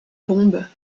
bombes